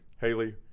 Haley